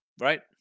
Right